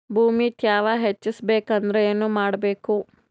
ಭೂಮಿ ತ್ಯಾವ ಹೆಚ್ಚೆಸಬೇಕಂದ್ರ ಏನು ಮಾಡ್ಬೇಕು?